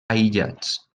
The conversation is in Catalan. aïllats